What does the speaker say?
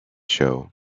show